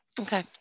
Okay